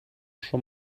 schon